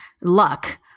luck